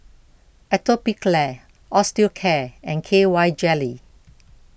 Atopiclair Osteocare and K Y Jelly